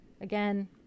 again